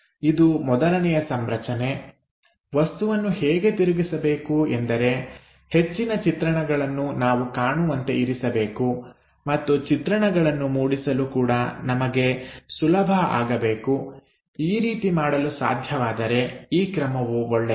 ಇದು ಮೊದಲನೆಯ ಸಂರಚನೆ ವಸ್ತುವನ್ನು ಹೇಗೆ ತಿರುಗಿಸಬೇಕು ಎಂದರೆ ಹೆಚ್ಚಿನ ಚಿತ್ರಣಗಳನ್ನು ನಾವು ಕಾಣುವಂತೆ ಇರಿಸಬೇಕು ಮತ್ತು ಚಿತ್ರಣಗಳನ್ನು ಮೂಡಿಸಲು ಕೂಡ ನಮಗೆ ಸುಲಭ ಆಗಬೇಕು ಈ ರೀತಿ ಮಾಡಲು ಸಾಧ್ಯವಾದರೆ ಈ ಕ್ರಮವು ಒಳ್ಳೆಯದು